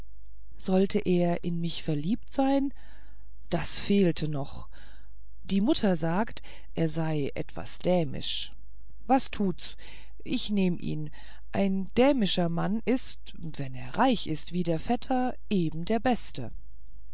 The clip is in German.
sollte er in mich verliebt sein das fehlte noch die mutter sagt er sei etwas dämisch was tut's ich nehm ihn ein dämischer mann ist wenn er reich ist wie der vetter eben der beste